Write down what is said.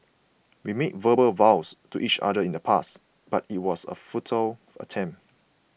we made verbal vows to each other in the past but it was a futile attempt